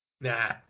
Nah